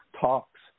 talks